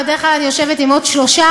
ובדרך כלל אני יושבת עם עוד שלושה,